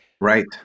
right